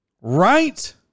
Right